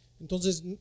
Entonces